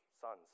sons